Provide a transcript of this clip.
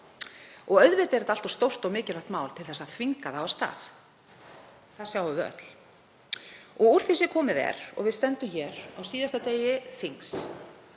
á. Auðvitað er þetta allt of stórt og mikilvægt mál til að þvinga það af stað. Það sjáum við öll úr því sem komið er. Við stöndum hér á síðasta degi þings,